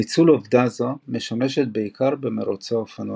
ניצול עובדה זו משמשת בעיקר במרוצי אופנועים.